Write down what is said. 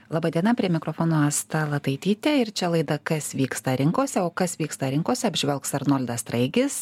laba diena prie mikrofono asta lataitytė ir čia laida kas vyksta rinkose o kas vyksta rinkose apžvelgs arnoldas straigis